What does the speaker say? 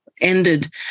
ended